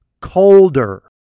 colder